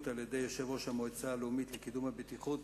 על-ידי יושב-ראש המועצה הלאומית לקידום הבטיחות,